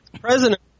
President